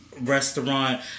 restaurant